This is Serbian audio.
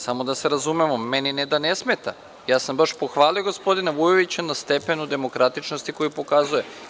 Samo da se razumemo, meni, ne da ne smeta, ja sam baš pohvalio gospodina Vujovića na stepenu demokratičnosti koji pokazuje.